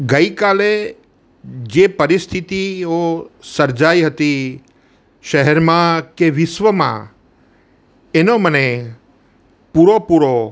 ગઈ કાલે જે પરિસ્થિતિઓ સર્જાઈ હતી શહેરમાં કે વિશ્વમાં એનો મને પૂરો પૂરો